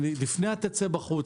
לפני ה"תצא בחוץ",